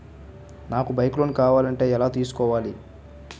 నాకు bike loan కావాలంటే ఎలా తీసుకోవాలి?